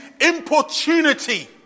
importunity